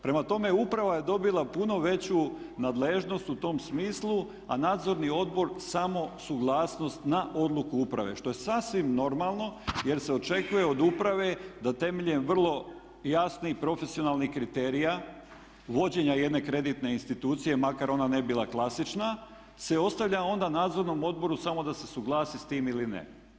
Prema tome, uprava je dobila puno veću nadležnost u tom smislu, a Nadzorni odbor samo suglasnost na odluku uprave što je sasvim normalno jer se očekuje od uprave da temeljem vrlo jasnih i profesionalnih kriterija vođenja jedne kreditne institucije, makar ona ne bila klasična se ostavlja onda Nadzornom odboru samo ad se suglasi s tim ili ne.